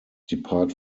depart